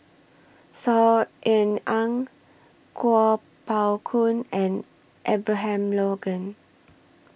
Saw Ean Ang Kuo Pao Kun and Abraham Logan